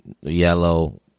yellow